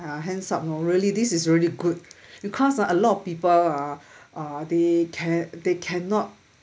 uh hands up know really this is really good because ah a lot of people ah uh they can~ they cannot